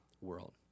world